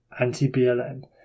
anti-blm